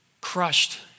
Crushed